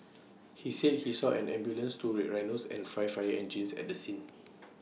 he said he saw an ambulance two red Rhinos and five fire engines at the scene